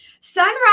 Sunrise